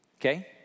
Okay